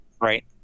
Right